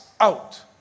out